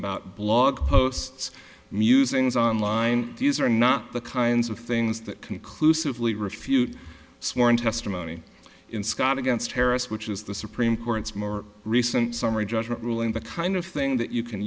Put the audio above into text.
about blog posts musings online these are not the kinds of things that conclusively refute sworn testimony in scott against harris which is the supreme court's more recent summary judgment ruling the kind of thing that you can